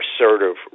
assertive